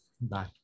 bye